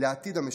לעתיד המשותף,